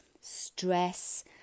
stress